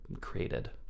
created